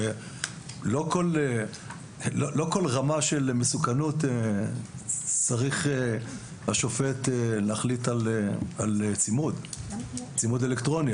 הרי לא בכל רמה של מסוכנות צריך השופט להחליט על צימוד אלקטרוני.